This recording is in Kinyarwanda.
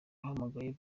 nahamagaye